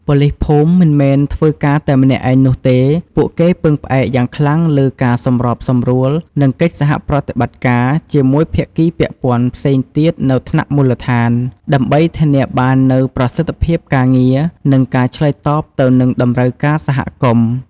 ប៉ូលីសភូមិមិនមែនធ្វើការតែម្នាក់ឯងនោះទេ ពួកគេពឹងផ្អែកយ៉ាងខ្លាំងលើ ការសម្របសម្រួល និងកិច្ចសហប្រតិបត្តិការ ជាមួយភាគីពាក់ព័ន្ធផ្សេងទៀតនៅថ្នាក់មូលដ្ឋាន ដើម្បីធានាបាននូវប្រសិទ្ធភាពការងារ និងការឆ្លើយតបទៅនឹងតម្រូវការសហគមន៍។